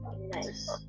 Nice